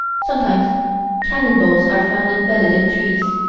sometimes cannon balls are found embedded in trees.